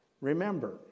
Remember